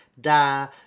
da